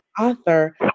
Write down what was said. author